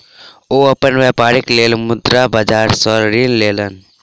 ओ अपन व्यापारक लेल मुद्रा बाजार सॅ ऋण लेलैन